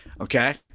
Okay